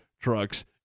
trucks